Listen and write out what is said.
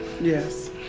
Yes